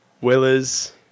Willers